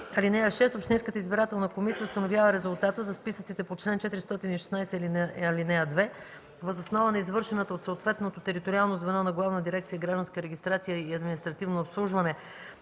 (4) Общинската избирателна комисия установява резултата за списъците по чл. 416, ал. 2 въз основа на извършената от съответното териториално звено на Главна дирекция „Гражданска регистрация и административно обслужване”